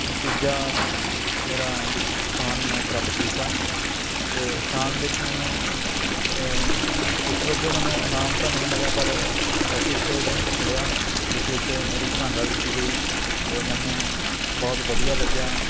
ਤੀਜਾ ਮੇਰਾ ਸਥਾਨ ਮੈਂ ਪ੍ਰਾਪਤ ਕੀਤਾ ਅਤੇ ਸਥਾਨ ਵਿੱਚ ਮੈਨੂੰ ਉਸ ਵਜੋਂ ਮੈਨੂੰ ਇਨਾਮ ਤਾਂ ਨਹੀਂ ਮਿਲਿਆ ਪਰ ਇੱਕ ਸਰਟੀਫ਼ਿਕੇਟ ਮਿਲਿਆ ਜਿਸ ਵਿੱਚ ਮੇਰੀ ਸ਼ਲਾਘਾ ਕੀਤੀ ਗਈ ਅਤੇ ਮੈਨੂੰ ਬਹੁਤ ਵਧੀਆ ਲੱਗਿਆ